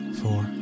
four